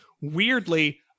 weirdly